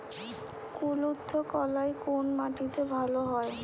কুলত্থ কলাই কোন মাটিতে ভালো হয়?